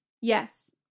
Yes